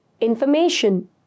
Information